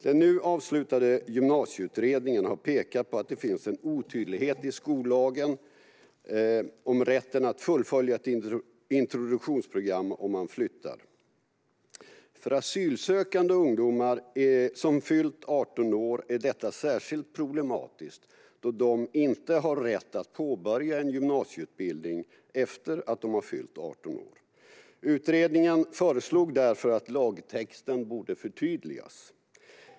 Den nu avslutade Gymnasieutredningen har pekat på att det finns en otydlighet i skollagen om rätten att fullfölja ett introduktionsprogram om man flyttar. För asylsökande ungdomar som har fyllt 18 år är detta särskilt problematiskt då de inte har rätt att påbörja en gymnasieutbildning efter att de har fyllt 18 år. Utredningen föreslog att lagtexten borde förtydligas.